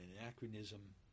anachronism